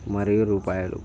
మరియు రూపాయలు